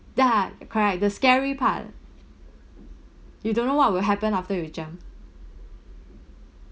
ya correct the scary part you don't know what will happen after you jump